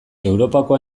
europako